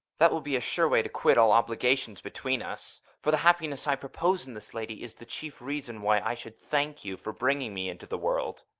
that will be a sure way to quit all obligations between us for the happiness i propose in this lady, is the chief reason why i should thank you for bringing me into the world.